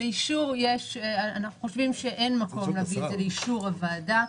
אנחנו חושבים שאין מקום להביא את זה לאישור הוועדה.